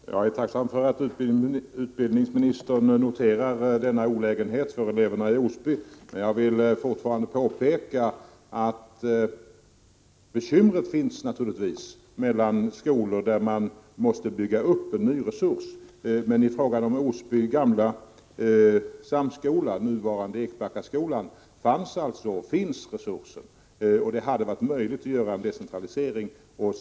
Herr talman! Jag är tacksam för att utbildningsministern noterar denna olägenhet för eleverna i Osby. Jag vill fortfarande påpeka att bekymret naturligtvis finns där man måste bygga upp en ny resurs, men i fråga om Osby gamla samskola, nuvarande Ekbackaskolan, fanns och finns alltså resurser, och det hade varit möjligt att göra en decentralisering.